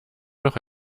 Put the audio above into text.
noch